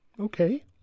Okay